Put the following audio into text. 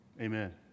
Amen